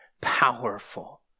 powerful